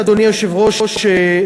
אדוני היושב-ראש,